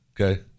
Okay